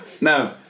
no